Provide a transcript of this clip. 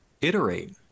iterate